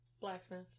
Blacksmith